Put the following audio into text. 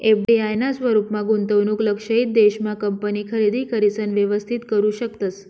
FDI ना स्वरूपमा गुंतवणूक लक्षयित देश मा कंपनी खरेदी करिसन व्यवस्थित करू शकतस